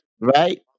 right